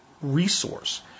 resource